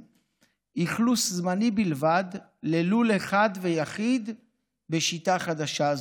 אכלוס זמני בלבד ללול אחד ויחיד בשיטה חדשה זו,